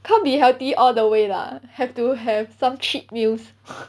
can't be healthy all the way lah have to have some cheat meals